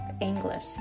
English